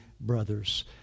brothers